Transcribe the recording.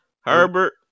Herbert